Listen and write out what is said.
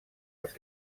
als